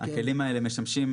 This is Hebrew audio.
הכלים האלה משמשים,